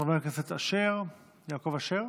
חבר הכנסת יעקב אשר.